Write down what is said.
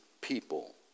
people